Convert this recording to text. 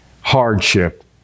hardship